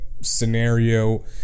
scenario